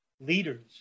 leaders